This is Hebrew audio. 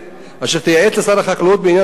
אשר תייעץ לשר החקלאות בעניין הכרזה